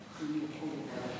תודה רבה.